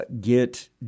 get